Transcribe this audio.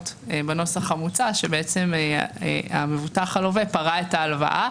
בנוסח המוצע שהמבוטח הלווה פרע את ההלוואה,